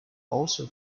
also